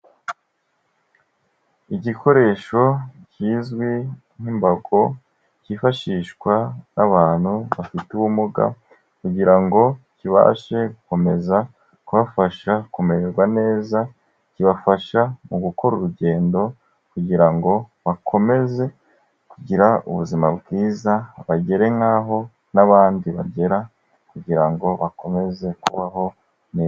Igikoresho kizwi nk'imbago cyifashishwa n'abantu bafite ubumuga, kugira ngo kibashe gukomeza kubafasha kumererwa neza, kibafasha mu gukora urugendo kugira ngo bakomeze kugira ubuzima bwiza, bagere nk'aho n'abandi bagera kugira ngo bakomeze kubaho neza.